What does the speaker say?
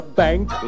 bank